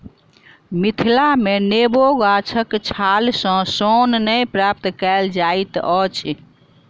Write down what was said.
मिथिला मे नेबो गाछक छाल सॅ सोन नै प्राप्त कएल जाइत अछि